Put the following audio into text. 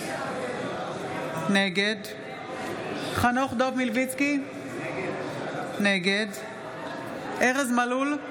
נגד חנוך דב מלביצקי, נגד ארז מלול,